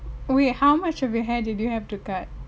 wait how much of your hair did you have to cut